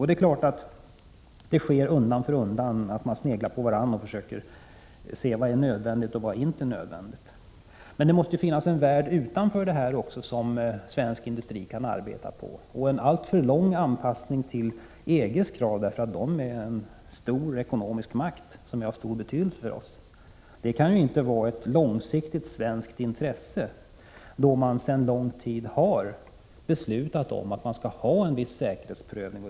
Det är klart att man undan för undan sneglar på varandra för att se vad som är nödvändigt och vad som inte är nödvändigt. Det måste ju också finnas en värld utanför detta område, där svensk industri kan arbeta. En alltför långtgående anpassning till EG:s krav därför att EG representerar en ekonomisk makt av stor betydelse för oss kan inte ligga i det långsiktiga svenska intresset, då man sedan länge har beslutat sig för att ha en viss säkerhetsprövning.